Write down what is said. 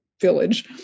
village